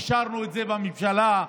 אישרנו את זה בממשלה,